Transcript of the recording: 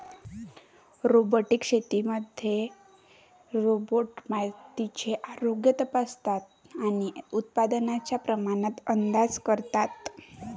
robotic शेतीमध्ये robot मातीचे आरोग्य तपासतात आणि उत्पादनाच्या प्रमाणात अंदाज करतात